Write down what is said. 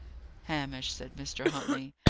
hamish, said mr. huntley,